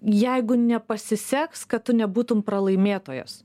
jeigu nepasiseks kad tu nebūtum pralaimėtojos